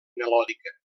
melòdica